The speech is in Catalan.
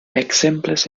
exemples